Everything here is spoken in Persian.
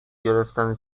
گرفتن